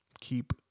keep